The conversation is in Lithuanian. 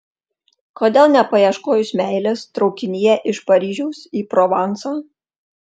kodėl nepaieškojus meilės traukinyje iš paryžiaus į provansą